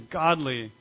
godly